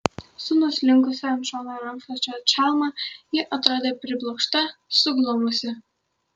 su nuslinkusia ant šono rankšluosčio čalma ji atrodė priblokšta suglumusi